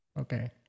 Okay